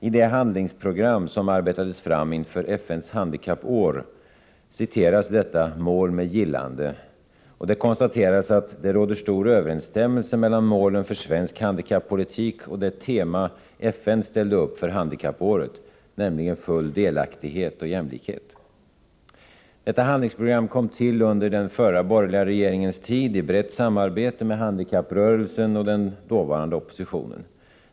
I det handlingsprogram som arbetades fram inför FN:s handikappår citeras detta mål med gillande, och det konstaterades att det råder stor överensstämmelse mellan målen för svensk handikappolitik och det tema FN ställde upp för handikappåret, nämligen full delaktighet och jämlikhet. Detta handlingsprogram kom till under den förra borgerliga regeringens tid i brett samarbete med handikapprörelsen och den dåvarande oppositionen.